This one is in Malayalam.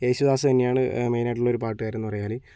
യേശുദാസ് തന്നെയാണ് മെയിൻ ആയിട്ടുള്ള ഒരു പാട്ടുകാരൻ എന്ന് പറഞ്ഞാല്